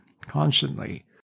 constantly